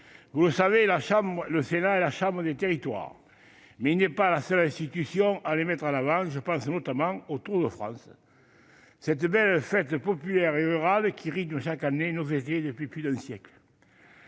vous le savez, le Sénat est la chambre des territoires, mais il n'est pas la seule institution à les mettre en avant : je pense au Tour de France, cette belle fête populaire et rurale qui rythme nos étés depuis déjà plus d'un siècle